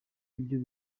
ibyo